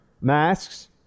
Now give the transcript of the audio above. masks